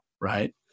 right